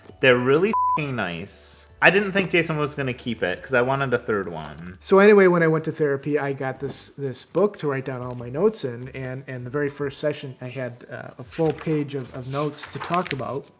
they're really f ing nice. i didn't think jason was going to keep it, because i wanted a third one. so, anyway, when i went to therapy, i got this this book to write down ah my notes in. and, and the very first session, i had a full page of of notes to talk about.